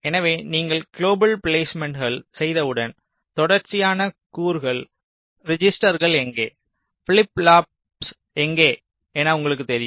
எனவே நீங்கள் குளோபல் பிலேஸ்மேன்ட்கள் செய்தவுடன் தொடர்ச்சியான கூறுகள் ரிஜிஸ்டர்கள் எங்கே ஃபிளிப் ஃப்ளாப்ஸ் எங்கே என உங்களுக்குத் தெரியும்